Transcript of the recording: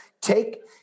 take